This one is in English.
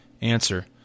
Answer